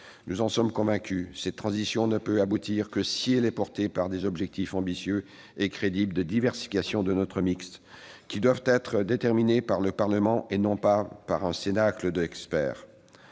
Nous en sommes convaincus : cette transition ne pourra aboutir que soutenue par des objectifs ambitieux et crédibles de diversification de notre mix, qui doivent être déterminés par le Parlement et non par un cénacle d'experts